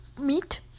meat